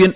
N